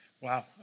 Wow